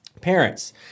Parents